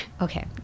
okay